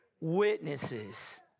Witnesses